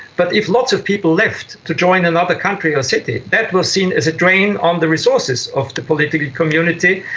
but if lots of people left to join another country or city, that was seen as a drain on the resources of the political community,